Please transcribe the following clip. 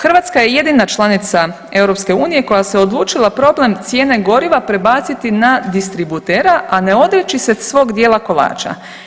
Hrvatska je jedina članica EU koja se odlučila problem cijene goriva prebaciti na distributera, a ne odreći se svog dijela kolača.